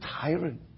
tyrant